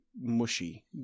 mushy